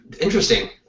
Interesting